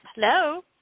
Hello